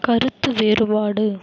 கருத்து வேறுபாடு